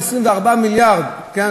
24 מיליארד כן,